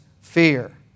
fear